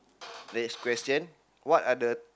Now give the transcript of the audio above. next question what are the